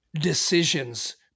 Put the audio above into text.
decisions